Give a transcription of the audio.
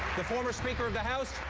the former speaker of the house,